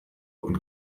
und